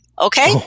Okay